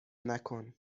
نکن